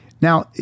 Now